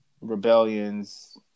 rebellions